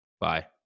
Bye